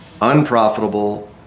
unprofitable